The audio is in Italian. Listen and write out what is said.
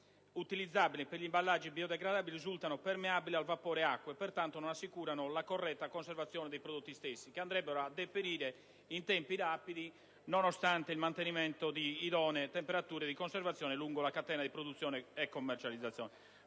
utilizzabili per gli imballaggi biodegradabili risultano permeabili al vapore acqueo e pertanto non assicurano la corretta conservazione dei prodotti stessi, che andrebbero a deperire in tempi rapidi, nonostante il mantenimento di idonee temperature di conservazione lungo la catena di produzione e commercializzazione.